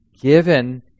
given